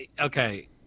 okay